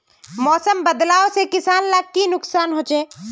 मौसम बदलाव से किसान लाक की नुकसान होचे?